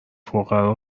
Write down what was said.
فقرا